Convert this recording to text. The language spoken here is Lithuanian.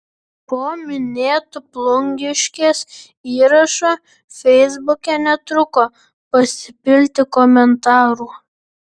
po minėtu plungiškės įrašu feisbuke netruko pasipilti komentarų